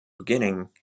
beginning